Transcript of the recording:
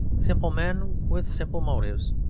simple men with simple motives,